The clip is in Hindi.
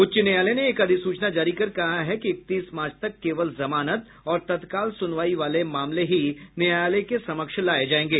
उच्च न्यायालय ने एक अधिसूचना जारी कर कहा है कि इकतीस मार्च तक केवल जमानत और तत्काल सुनवाई वाले मामले ही न्यायालय के समक्ष लाए जाएंगे